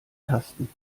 tasten